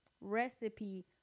recipe